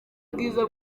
bwiza